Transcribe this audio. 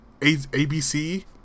ABC